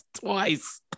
twice